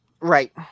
Right